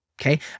Okay